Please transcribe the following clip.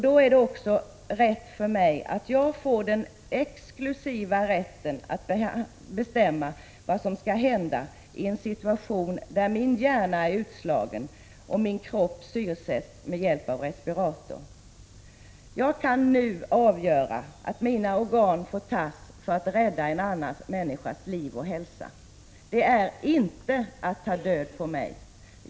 Då har jag också den exklusiva rätten att bestämma vad som skall hända i en situation där min hjärna är utslagen och min kropp syrsätts med hjälp av respirator. Jag kan nu avgöra att mina organ får tas för att rädda en annan människas liv och hälsa. Det är inte att ta död på mig.